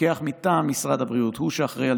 מפקח מטעם משרד הבריאות הוא שאחראי על